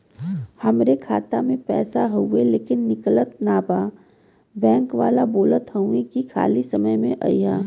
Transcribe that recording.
हमार खाता में पैसा हवुवे लेकिन निकलत ना बा बैंक वाला बोलत हऊवे की खाली समय में अईहा